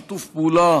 יש שיתוף פעולה